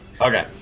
Okay